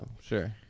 sure